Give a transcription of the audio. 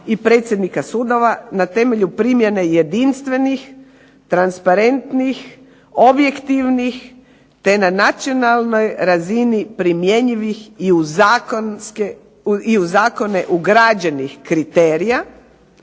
i predsjednika sudova, na temelju primjene jedinstvenih, transparentnih, objektivnih, te na nacionalnoj razini primjenjivih i u zakone ugrađenih kriterija,